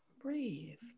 breathe